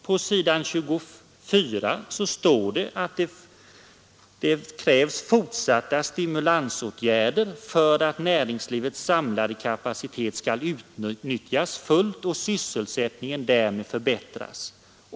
På s. 24 i betänkandet sägs att därför är ”fortsatta stimulansåtgärder erforderliga för att näringslivets samlade kapacitet skall utnyttjas fullt och sysselsättningen därmed förbättras.